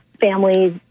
families